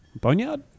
Boneyard